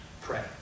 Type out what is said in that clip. pray